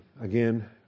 Again